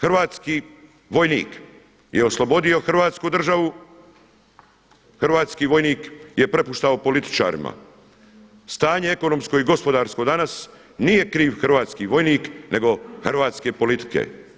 Hrvatski vojnik je oslobodio Hrvatsku državu, hrvatski vojnik je prepuštao političarima stanje ekonomsko i gospodarsko danas, nije kriv hrvatski vojnik nego hrvatske politike.